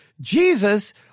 Jesus